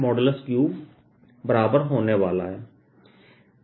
3 बराबर होने वाला है